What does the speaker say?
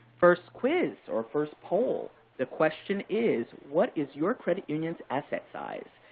first quiz, or first poll. the question is, what is your credit union's asset size?